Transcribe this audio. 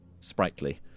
sprightly